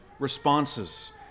responses